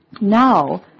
Now